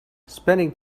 spending